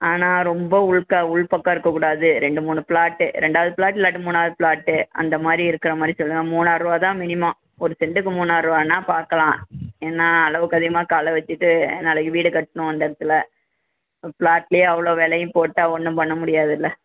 ஆனால் ரொம்ப உள்க்க உள்பக்கம் இருக்கக்கூடாது ரெண்டு மூணு ப்ளாட்டு ரெண்டாவது ப்ளாட் இல்லாட்டி மூணாவது ப்ளாட்டு அந்த மாதிரி இருக்கிற மாதிரி சொல்லுங்கள் மூணார் ரூபா தான் மினிமோம் ஒரு செண்டுக்கு மூணார் ரூபான்னா பார்க்கலாம் ஏன்னால் அளவுக்கு அதிகமாக காலை வெச்சுட்டு நாளைக்கு வீடு கட்டணும் அந்த இடத்துல ப்ளாட்லேயே அவ்வளோ விலையும் போட்டால் ஒன்றும் பண்ண முடியாதில்ல